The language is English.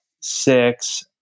six